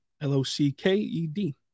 L-O-C-K-E-D